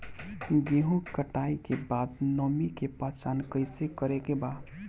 गेहूं कटाई के बाद नमी के पहचान कैसे करेके बा?